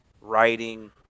writing